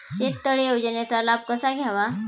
शेततळे योजनेचा लाभ कसा घ्यावा?